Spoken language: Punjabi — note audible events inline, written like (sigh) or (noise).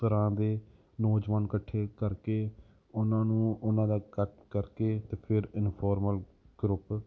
ਤਰ੍ਹਾਂ ਦੇ ਨੌਜਵਾਨ ਇਕੱਠੇ ਕਰਕੇ ਉਹਨਾਂ ਨੂੰ ਉਹਨਾਂ ਦਾ (unintelligible) ਕਰਕੇ ਅਤੇ ਫੇਰ ਇਨਫੋਰਮਲ ਗਰੁੱਪ